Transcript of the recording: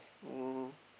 no no no